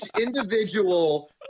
individual